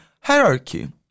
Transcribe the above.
hierarchy